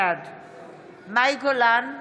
בעד מאי גולן,